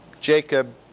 Jacob